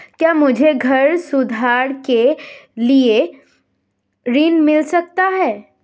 क्या मुझे घर सुधार के लिए ऋण मिल सकता है?